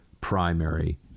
Primary